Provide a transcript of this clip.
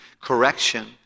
correction